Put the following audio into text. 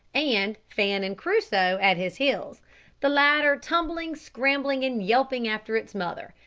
and fan and crusoe at his heels the latter tumbling, scrambling, and yelping after its mother,